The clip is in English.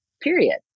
Period